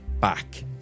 back